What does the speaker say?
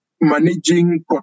managing